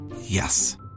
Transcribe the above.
yes